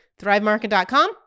thrivemarket.com